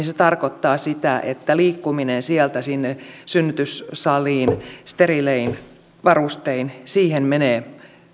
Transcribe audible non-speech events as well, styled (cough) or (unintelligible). (unintelligible) se tarkoittaa sitä että liikkumiseen sieltä sinne synnytyssaliin steriilein varustein menee